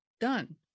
done